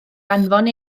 anfon